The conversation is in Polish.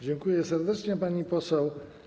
Dziękuję serdecznie, pani poseł.